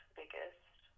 biggest